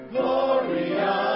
Gloria